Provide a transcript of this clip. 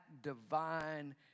divine